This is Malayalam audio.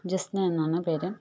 ജെസ്ന എന്നാണ് പേര്